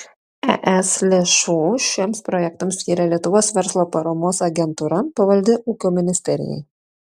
es lėšų šiems projektams skyrė lietuvos verslo paramos agentūra pavaldi ūkio ministerijai